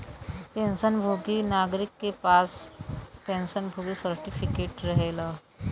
pension भोगी नागरिक क पास पेंशन भोगी सर्टिफिकेट रहेला